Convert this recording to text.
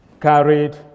carried